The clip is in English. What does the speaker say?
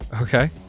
Okay